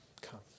Come